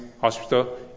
hospital